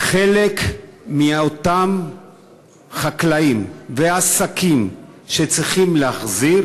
חלק מאותם חקלאים ועסקים שצריכים להחזיר